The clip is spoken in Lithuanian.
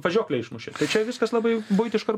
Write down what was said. važiuoklę išmušė tai čia viskas labai buitiška